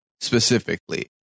specifically